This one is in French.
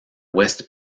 west